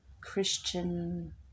Christian